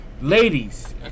Ladies